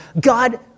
God